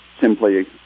simply